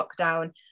lockdown